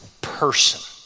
person